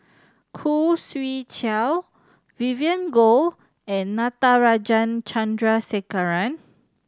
Khoo Swee Chiow Vivien Goh and Natarajan Chandrasekaran